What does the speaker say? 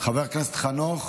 חבר הכנסת חנוך,